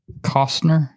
Costner